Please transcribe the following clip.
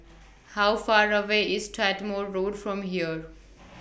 How Far away IS Strathmore Road from here